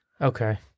Okay